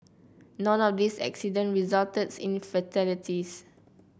none of this accident resulted in fatalities